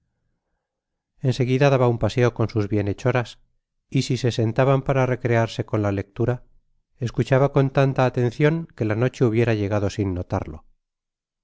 seguida daba un paseo con sus bienhechoras y si se sentaban para recrearse con la lectura escuchaba con tanta atencion que la noche hubiera llegado sin notarlo